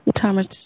Thomas